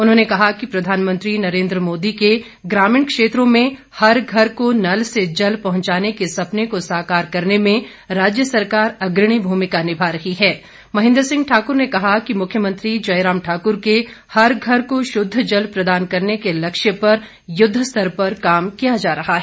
उन्होंने कहा कि प्रधानमंत्री नरेंद्र मोदी के ग्रामीण क्षेत्रों में हर घर को नल से जल पहुंचाने के सपने को साकार करने में राज्य सरकार अग्रणी भूमिका निभा रही है महेंद्र सिंह ठाकुर ने कहा कि मुख्यमंत्री जयराम ठाकुर के हर घर को शुद्ध जल प्रदान करने के लक्ष्य पर युद्धस्तर पर काम किया जा रहा है